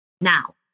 Now